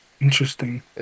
Interesting